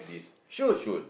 shoot